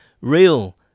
real